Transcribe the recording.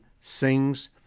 sings